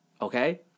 okay